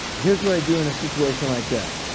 here's what i do in a situation like that.